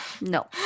no